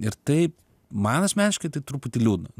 ir tai man asmeniškai tai truputį liūdna